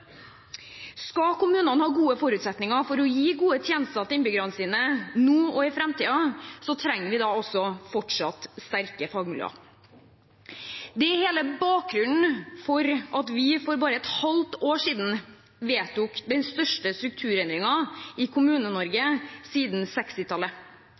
Skal kommunene ha gode forutsetninger for å gi gode tjenester til innbyggerne sine nå og i framtiden, trenger vi fortsatt sterke fagmiljøer. Det er hele bakgrunnen for at vi for bare et halvt år siden vedtok den største strukturendringen i